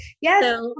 yes